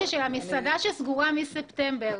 מסעדה שסגורה מספטמבר,